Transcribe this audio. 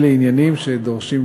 אלה עניינים שדורשים,